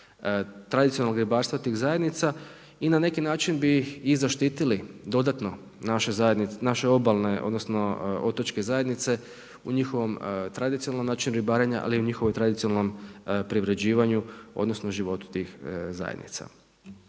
tradicionalnog ribarstva tih zajednica i na neki način bi ih i zaštiti dodatno, naše obalne, odnosno, otočke zajednice u njihovom tradicionalnom načinu ribarenja, ali i u njihovom tradicionalnom privređivanju, odnosno, životu tih zajednica.